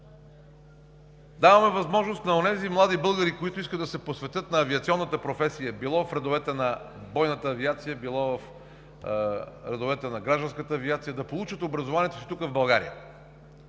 Даваме възможност на онези млади българи, които искат да се посветят на авиационната професия – било в редовете на бойната авиация, било в редовете на гражданската авиация, да получат образованието си тук, в България,